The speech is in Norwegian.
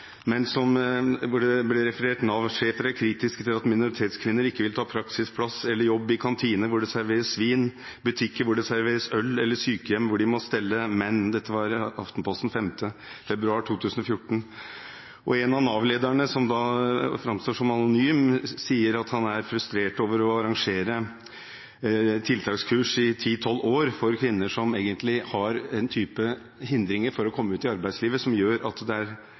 men på samme tid hadde Aftenposten en artikkelserie og intervjuer med Nav-ledere, som framtrådte som anonyme. Det ble der referert: «Nav-sjefer er kritiske til at minoritetskvinner ikke vil ta jobb eller praksisplass i kantiner hvor det serveres svin, butikker hvor det selges øl eller sykehjem hvor de må stelle menn.» Dette sto å lese i Aftenposten 5. februar 2014. En av Nav-lederne, som da framtrer som anonym, sier at han er frustrert over å ha arrangert tiltakskurs i ti–tolv år for kvinner som egentlig har en type hindringer for å komme ut